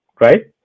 right